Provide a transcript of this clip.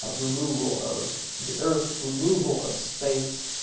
but removal of the earth, removal of space.